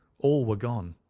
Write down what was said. all were gone.